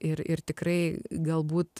ir ir tikrai galbūt